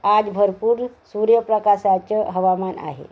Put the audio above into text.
आज भरपूर सूर्यप्रकाशाचं हवामान आहे